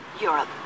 Europe